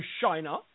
China